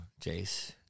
Jace